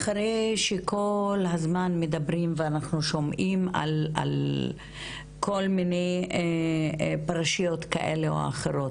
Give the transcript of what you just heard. אחרי שכל הזמן מדברים ואנחנו שומעים על כל מיני פרשיות כאלה או אחרות,